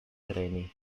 treni